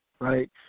right